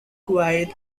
qian